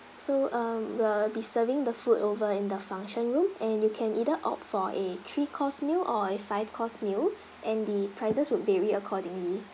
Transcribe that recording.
so um we'll be serving the food over in the function room and you can either opt for a three course meal or a five course meal and the prices will vary accordingly